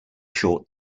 short